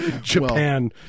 Japan